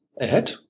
ahead